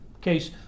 case